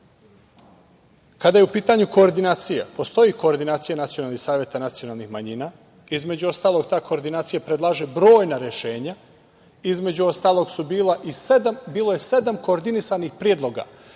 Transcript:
je u pitanju koordinacija, postoji koordinacija Nacionalnih saveta nacionalnih manjina, između ostalog ta koordinacija predlaže brojna rešenja, između ostalog bilo je sedam koordinisanih predloga